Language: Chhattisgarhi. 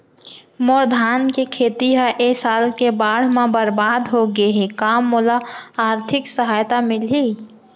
मोर धान के खेती ह ए साल के बाढ़ म बरबाद हो गे हे का मोला आर्थिक सहायता मिलही?